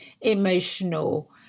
emotional